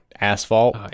asphalt